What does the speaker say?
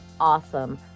awesome